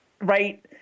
right